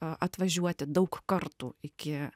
atvažiuoti daug kartų iki